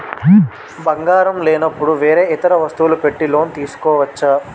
బంగారం లేనపుడు వేరే ఇతర వస్తువులు పెట్టి లోన్ తీసుకోవచ్చా?